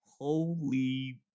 holy